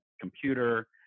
computer